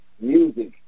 music